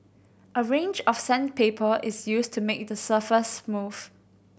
a range of sandpaper is used to make the surface smooth